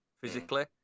physically